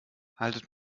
haltet